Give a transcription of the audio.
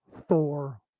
Thor